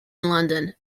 london